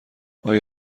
آیا